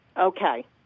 Okay